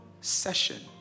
session